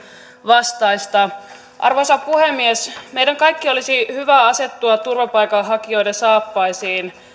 vastaista arvoisa puhemies meidän kaikkien olisi hyvä asettua turvapaikanhakijoiden saappaisiin